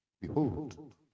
Behold